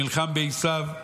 הוא נלחם בעשיו,